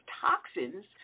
toxins